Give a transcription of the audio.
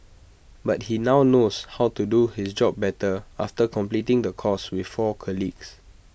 but he now knows how to do his job better after completing the course with four colleagues